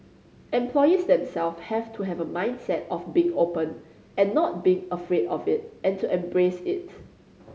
employees themselves have to have a mindset of being open and not being afraid of it and to embrace it